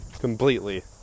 completely